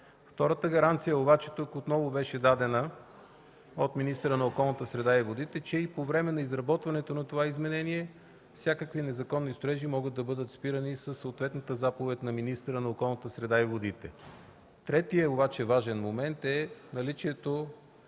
Втората гаранция обаче тук отново беше дадена от министъра на околната среда и водите – че и по време на изработването на това изменение всякакви незаконни строежи могат да бъдат спирани със съответната заповед на министъра на околната среда и водите. Третият важен момент е наличието